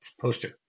poster